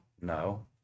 No